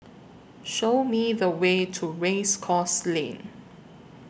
Show Me The Way to Race Course Lane